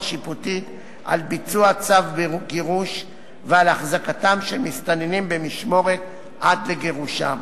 שיפוטית על ביצוע צו גירוש ועל החזקת מסתננים במשמורת עד לגירושם,